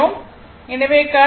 எனவே current I V Zeg